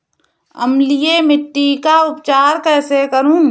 अम्लीय मिट्टी का उपचार कैसे करूँ?